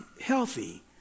healthy